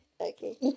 okay